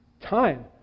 Time